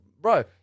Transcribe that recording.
bro